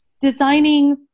designing